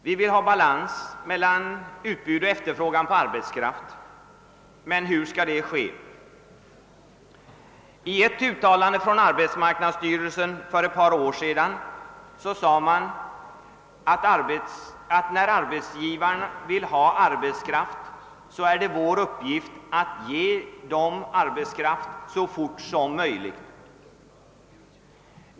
Vi vill ha balans mellan utbud och efterfrågan på arbetskraft. Hur skall det ske? I ett uttalande från arbetsmarknadsstyrelsen för ett par år sedan sade man: När arbetsgivarna vill ha arbetskraft, så är det vår uppgift att ge dem arbetskraft så fort som möjligt.